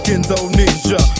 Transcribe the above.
Indonesia